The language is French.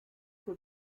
que